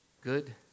good